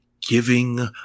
giving